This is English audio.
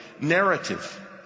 narrative